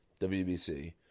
wbc